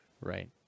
Right